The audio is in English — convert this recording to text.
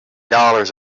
dollars